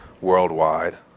worldwide